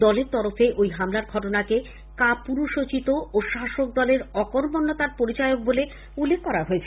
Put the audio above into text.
দলের তরফে ওই হামলার ঘটনাকে কাপুরুষোচিত ও শাসক দলের অকর্মন্যতার পরিচায়ক বলে উল্লেখ করা হয়েছে